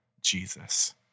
Jesus